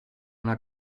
una